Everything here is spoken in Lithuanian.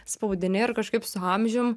spaudinėju ir kažkaip su amžium